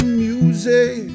music